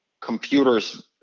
computers